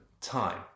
time